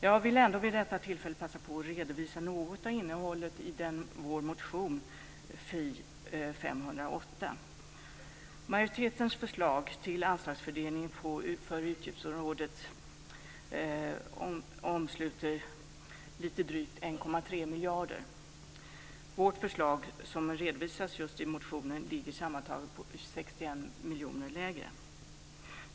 Jag vill ändå vid detta tillfälle passa på att redovisa något av innehållet i vår motion Fi508. Majoritetens förslag till anslagsfördelning för utgiftsområdet omsluter lite drygt 1,3 miljarder kronor. Vårt förslag, som redovisas i motion Fi508, ligger sammantaget på 61 miljoner lägre.